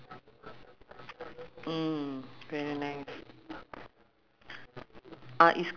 bukit panjang you okay you know where mas~ uh al mukminin mosque